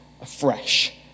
afresh